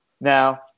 Now